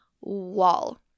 wall